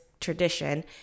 tradition